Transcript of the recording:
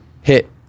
hit